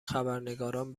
خبرنگاران